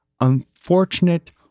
unfortunate